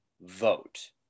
vote